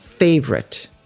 Favorite